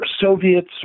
Soviets